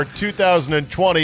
2020